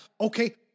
Okay